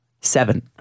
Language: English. seven